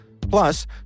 Plus